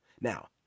Now